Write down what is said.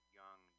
young